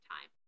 time